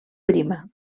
prima